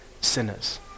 sinners